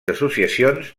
associacions